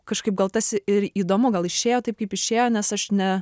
kažkaip gal tas ir įdomu gal išėjo taip kaip išėjo nes aš ne